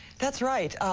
that's right.